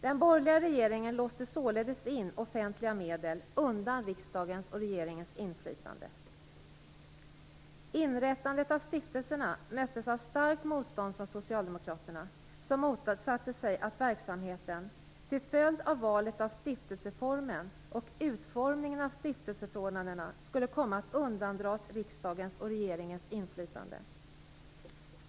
Den borgerliga regeringen låste således in offentliga medel undan riksdagens och regeringens inflytande. Inrättandet av stiftelserna möttes av starkt motstånd från socialdemokraterna, som motsatte sig att verksamheten, till följd av valet av stiftelseformen och utformningen av stiftelseförordnandena, skulle komma att undandras riksdagens och regeringens inflytande.